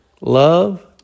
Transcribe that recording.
Love